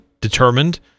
determined